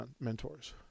Mentors